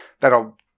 that'll